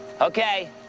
okay